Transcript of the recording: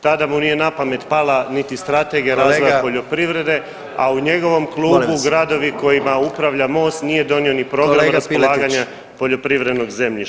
Tada mu nije na pamet pala niti Strategija razvoja poljoprivrede, [[Upadica: Kolega…]] a u njegovom klubu [[Upadica: …molim vas]] gradovi kojima upravlja Most nije donio ni program raspolaganja poljoprivrednog zemljišta.